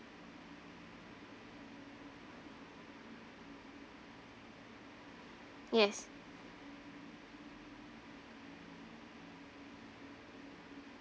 yes